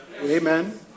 Amen